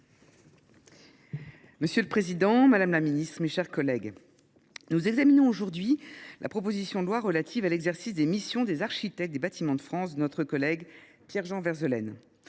Monsieur le président, madame la ministre, mes chers collègues, nous examinons aujourd’hui la proposition de loi relative à l’exercice des missions des architectes des Bâtiments de France de notre collègue Pierre Jean Verzelen.